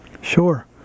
Sure